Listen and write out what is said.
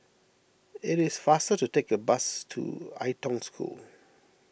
it is faster to take the bus to Ai Tong School